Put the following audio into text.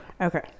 Okay